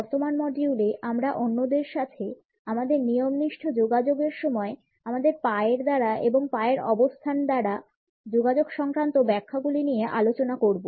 বর্তমান মডিউলে আমরা অন্যদের সাথে আমাদের নিয়মনিষ্ঠ যোগাযোগের সময় আমাদের পায়ের দ্বারা এবং পায়ের অবস্থান দ্বারা যোগাযোগ সংক্রান্ত ব্যাখ্যাগুলি নিয়ে আলোচনা করব